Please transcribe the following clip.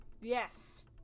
yes